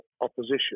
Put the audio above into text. opposition